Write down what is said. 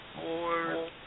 Four